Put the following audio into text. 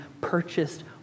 purchased